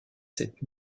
sept